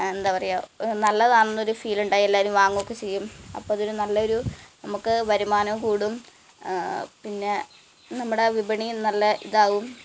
എന്താണ് പറയുക നല്ലതാണെന്നൊരു ഫീൽ ഉണ്ടായി എല്ലാവരും വാങ്ങുകയൊക്കെ ചെയ്യും അപ്പം അതൊരു നല്ലൊരു നമുക്ക് വരുമാനവും കൂടും പിന്നെ നമ്മുടെ വിപണിയും നല്ല ഇതാവും